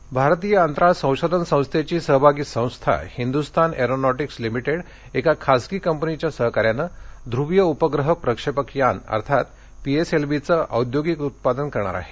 चांद्रयान भारतीय अंतराळ संशोधन संस्थेची सहभागी संस्था हिंदुस्तान एरोनॉटिक्स लिमिटेड एका खाजगी कंपनीच्या सहकार्यानं ध्रुवीय उपग्रह प्रक्षेपक यान अर्थात पीएसएलव्हीचं औद्योगिक उत्पादन करणार आहे